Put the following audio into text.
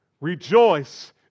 Rejoice